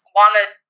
wanted